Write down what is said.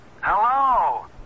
Hello